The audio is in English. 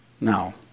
No